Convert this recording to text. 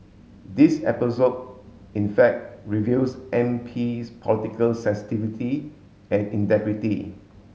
this episode in fact reveals MP's political sensitivity and integrity